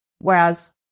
Whereas